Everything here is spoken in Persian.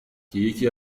که، یکی